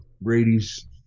Brady's